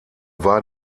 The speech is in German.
war